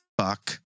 Fuck